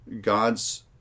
God's